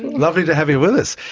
lovely to have you with us.